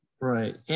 Right